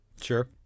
Sure